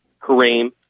Kareem